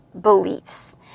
beliefs